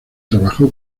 trabajó